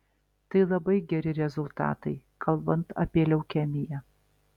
tai labai geri rezultatai kalbant apie leukemiją